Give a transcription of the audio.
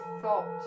thought